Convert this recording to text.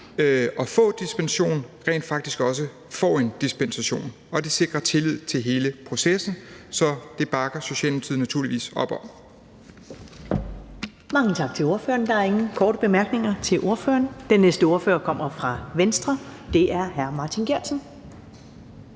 at få dispensation, rent faktisk også får en dispensation, og det sikrer tillid til hele processen. Så det bakker Socialdemokratiet naturligvis op om.